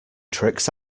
tricks